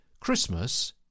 Christmas